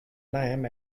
lamb